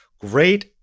Great